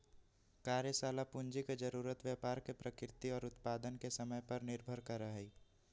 कार्यशाला पूंजी के जरूरत व्यापार के प्रकृति और उत्पादन के समय पर निर्भर करा हई